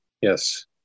yes